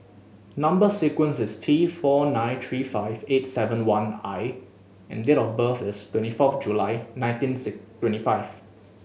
number sequence is T four nine three five eight seven one I and date of birth is twenty fourth July nineteen six twenty five